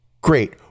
great